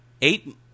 Eight